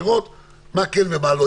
לראות מה כן ומה לא.